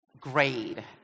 grade